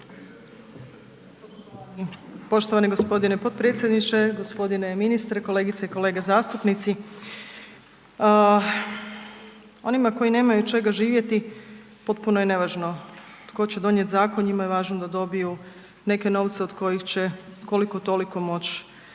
Poštovani g. potpredsjedniče, g. ministre, kolegice i kolege zastupnici. Onima koji nemaju od čega živjeti, potpuno je nevažno tko će donijet zakon, njima je važno da dobiju neke novce od kojih će koliko-toliko moći